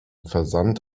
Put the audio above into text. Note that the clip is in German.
versand